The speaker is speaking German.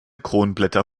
kronblätter